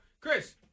Chris